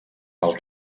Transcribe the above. pel